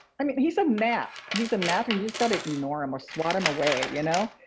i mean, he's a gnat. he's a gnat and you just got to ignore him or swat him away, you know?